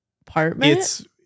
apartment